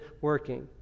working